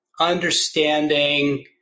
understanding